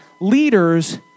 leaders